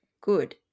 good